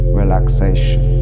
relaxation